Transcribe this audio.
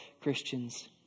Christians